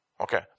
Okay